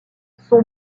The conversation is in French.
son